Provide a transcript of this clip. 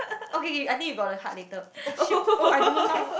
okay I think you got the heart later oh shit oh I don't know now